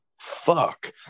fuck